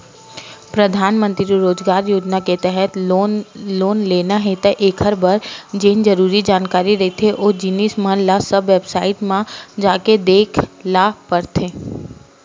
परधानमंतरी रोजगार योजना के तहत लोन लेना हे त एखर बर जेन जरुरी जानकारी रहिथे ओ जिनिस मन ल सब बेबसाईट म जाके देख ल परथे